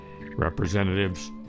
Representatives